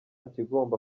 kigomba